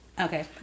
okay